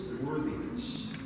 worthiness